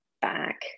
back